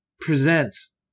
presents